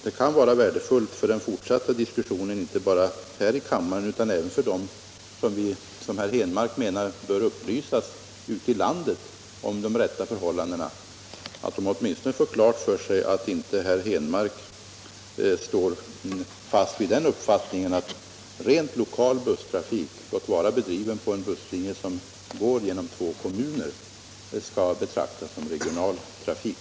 Det kan vara värdefullt för den fortsatta diskussionen inte bara här i kammaren utan även ute i landet att de som herr Henmark menar bör upplysas om de rätta förhållandena åtminstone får klart för sig att inte herr Henmark står fast vid den uppfattningen att rent lokal busstrafik, låt vara bedriven på en busslinje som går genom två kommuner, skall betraktas som regional trafik.